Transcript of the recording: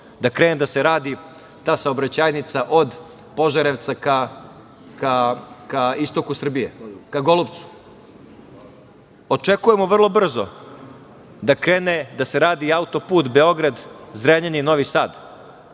da krene da se radi ta saobraćajnica od Požarevca ka istoku Srbije, ka Golubcu. Očekujemo vrlo brzo da krene da se radi i autoput Beograd – Zrenjanin – Novi Sad.